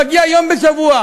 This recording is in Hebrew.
מגיע יום בשבוע,